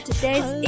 Today's